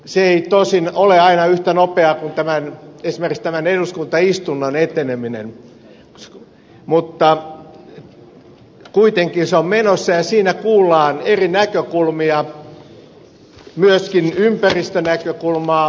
se ei tosin ole aina yhtä nopeaa kuin esimerkiksi tämän eduskuntaistunnon eteneminen mutta kuitenkin se on menossa ja siinä kuullaan eri näkökulmia myöskin ympäristönäkökulmaa